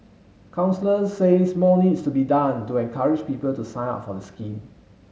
counsellors says more needs to be done to encourage people to sign up for the scheme